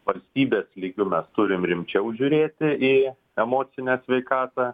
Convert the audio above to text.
valstybės lygiu mes turim rimčiau žiūrėti į emocinę sveikatą